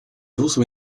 also